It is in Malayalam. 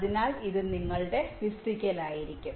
അതിനാൽ ഇത് നിങ്ങളുടെ ഫിസിക്കൽ ആയിരിക്കും